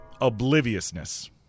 Obliviousness